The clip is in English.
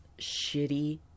shitty